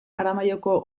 aramaioko